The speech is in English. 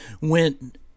went